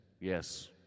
Yes